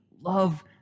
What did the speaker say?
Love